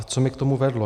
Co mě k tomu vedlo?